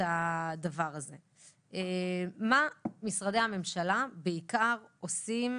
מה משרדי הממשלה עושים?